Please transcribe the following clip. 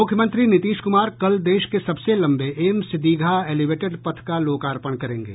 मुख्यमंत्री नीतीश कुमार कल देश के सबसे लंबे एम्स दीघा एलिवेटेड पथ का लोकार्पण करेंगे